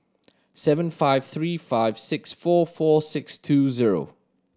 seven five three five six four four six two zero